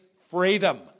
freedom